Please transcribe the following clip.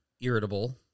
irritable